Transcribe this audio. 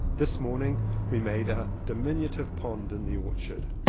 this morning we made a diminutive pond in the orchard.